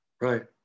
Right